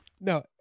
No